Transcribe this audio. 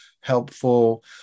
helpful